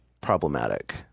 problematic